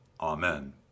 Amen